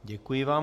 Děkuji vám.